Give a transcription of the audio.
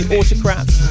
Autocrats